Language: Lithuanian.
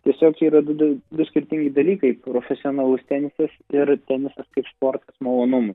tiesiog yra du skirtingi dalykai profesionalus tenisas ir tenisas kaip sportas malonumui